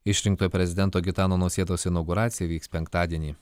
išrinktojo prezidento gitano nausėdos inauguracija įvyks penktadienį